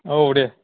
औ दे